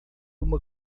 uma